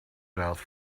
south